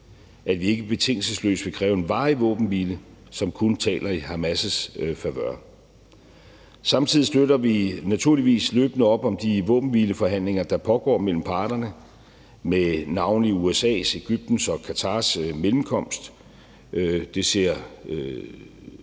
at vi ikke betingelsesløst vil kræve en varig våbenhvile, som kun taler i Hamas' favør. Samtidig støtter vi naturligvis løbende op om de våbenhvileforhandlinger, der pågår mellem parterne med navnlig USA's, Egyptens og Qatars mellemkomst. Det ser tungt